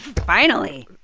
finally